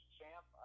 champ